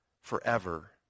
forever